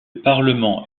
parlement